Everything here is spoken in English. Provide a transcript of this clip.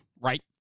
right